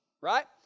right